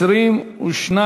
הסביבה נתקבלה.